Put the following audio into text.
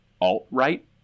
Alt-Right